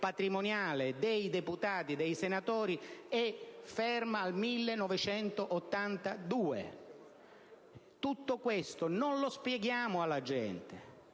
patrimoniale dei deputati e dei senatori è ferma al 1982. Tutto questo non lo spieghiamo alla gente.